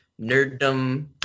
nerddom